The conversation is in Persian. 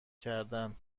کردن